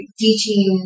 teaching